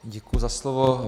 Děkuji za slovo.